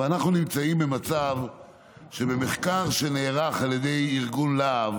אבל אנחנו נמצאים במצב שבמחקר שנערך על ידי ארגון להב